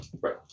Right